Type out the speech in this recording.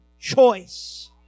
choice